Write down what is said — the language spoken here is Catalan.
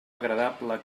agradable